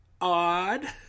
odd